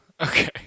Okay